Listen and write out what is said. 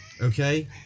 okay